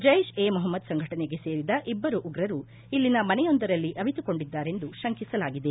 ಜೈಡ್ ಎ ಮೊಹಮ್ಮದ್ ಸಂಘಟನೆಗೆ ಸೇರಿದ ಇಬ್ಬರು ಉಗ್ರರು ಇಲ್ಲಿನ ಮನೆಯೊಂದರಲ್ಲಿ ಅವಿತುಕೊಂಡಿದ್ದಾರೆ ಎಂದು ಶಂಕಿಸಲಾಗಿದೆ